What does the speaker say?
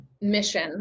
mission